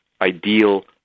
ideal